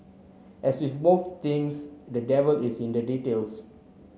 as with most things the devil is in the details